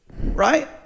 Right